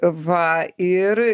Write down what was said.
va ir